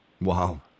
Wow